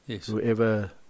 whoever